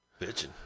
Bitching